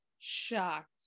shocked